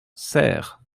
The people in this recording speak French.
serres